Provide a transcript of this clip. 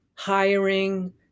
Hiring